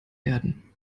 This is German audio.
erden